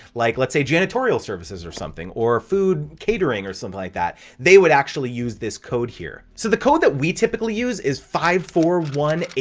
like let's say janitorial services or something or food catering or something like that they would actually use this code here. so the code that we typically use is five, four, one, eight,